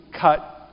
cut